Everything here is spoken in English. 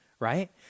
right